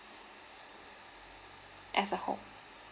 as a whole